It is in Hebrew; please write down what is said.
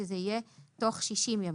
כך שזה יהיה: "תוך שישים ימים".